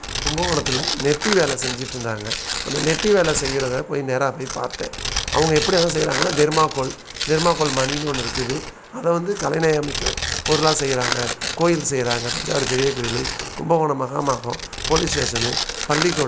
கும்பகோணத்தில் நெட்டி வேலை செஞ்சிகிட்ருந்தாங்க அந்த நெட்டி வேலை செய்கிறத போய் நேராக போய் பார்த்தேன் அவங்க எப்படி அதை செய்கிறாங்கன்னா தெர்மாக்கோல் தெர்மாக்கோல் மணின்னு ஒன்று இருக்குது அதை வந்து கலைநயமிக்க பொருளாக செய்கிறாங்க கோவில் செய்கிறாங்க தஞ்சாவூர் பெரிய கோயில் கும்பகோணம் மஹாமகம் போலீஸ் ஸ்டேஷன் பள்ளிக்கூடம்